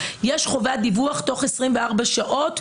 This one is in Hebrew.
יש חובת דיווח בתוך 24 שעות,